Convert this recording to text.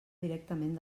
directament